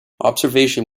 observation